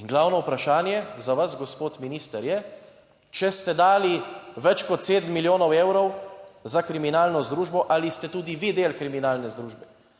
in glavno vprašanje za vas, gospod minister je, če ste dali več kot sedem milijonov evrov za kriminalno združbo, ali ste tudi vi del kriminalne združbe,